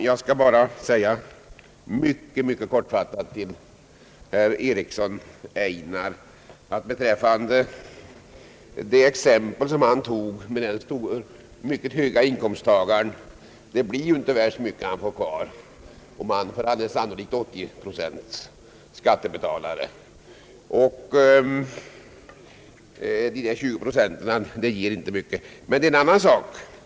Herr talman! Jag ber att kortfattat få säga till herr Einar Eriksson att i det exempel som han anförde med en person med mycket höga inkomster blir det inte så värst mycket kvar sedan inkomsttagaren förmodligen fått betala en skatt på 80 procent — de återstående 20 procenten är ju inte så mycket.